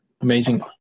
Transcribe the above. Amazing